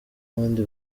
abandi